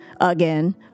again